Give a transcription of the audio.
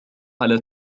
على